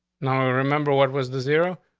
now, remember, what was the zero?